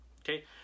okay